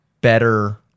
better